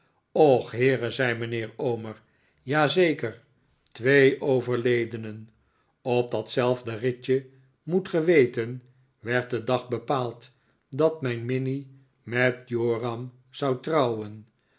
och heere zei mijnheer omer ja zeker twee overledenen op datzelfde ritje moet ge weten werd de dag bepaald dat mijn minnie met joram zou trouwen